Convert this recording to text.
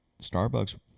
Starbucks